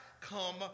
come